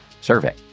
survey